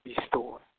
restore